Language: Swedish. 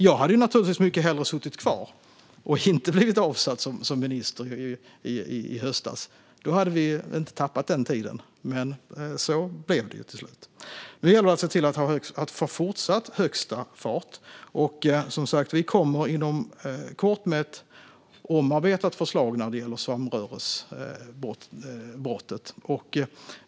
Jag hade naturligtvis mycket hellre suttit kvar och inte blivit avsatt som minister i höstas. Då hade vi inte tappat den här tiden, men så blev det till slut. Nu gäller det att se till att fortsatt ha högsta fart. Vi kommer som sagt inom kort med ett omarbetat förslag när det gäller samröresbrottet.